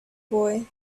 boy